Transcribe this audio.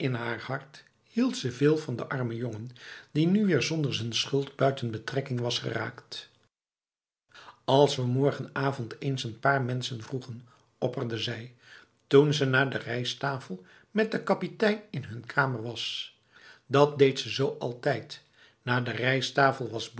haar hart hield ze veel van de arme jongen die nu weer zonder z'n schuld buiten betrekking was geraakt als we morgenavond eens n paar mensen vroegen opperde zij toen ze na de rijsttafel met de kapitein in hun kamer was dat deed ze zo altijd na de rijsttafel